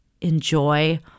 enjoy